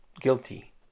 guilty